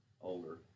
older